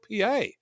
PA